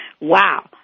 wow